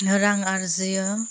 रां आरजियो